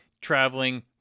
traveling